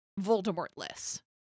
Voldemortless